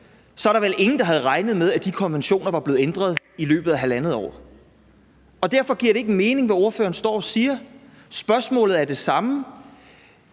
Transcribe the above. er der vel ingen, der havde regnet med, at de konventioner var blevet ændret i løbet af halvandet år. Derfor giver det, ordføreren står og siger, ikke mening. Spørgsmålet er det samme: